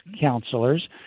counselors